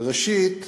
ראשית,